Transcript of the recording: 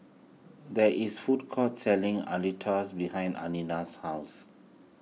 there is food court selling Alitas behind Anaya's house